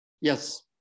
Yes